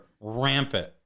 rampant